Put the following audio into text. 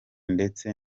ndetse